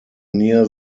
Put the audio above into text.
near